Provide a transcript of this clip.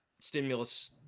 stimulus